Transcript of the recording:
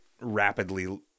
rapidly